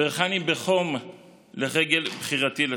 בירכני בחום לרגל בחירתי לתפקיד.